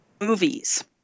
movies